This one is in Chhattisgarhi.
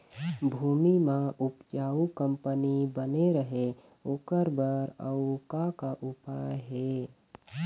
भूमि म उपजाऊ कंपनी बने रहे ओकर बर अउ का का उपाय हे?